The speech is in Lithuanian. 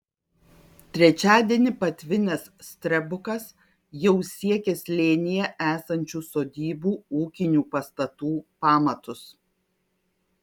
trečiadienį patvinęs strebukas jau siekė slėnyje esančių sodybų ūkinių pastatų pamatus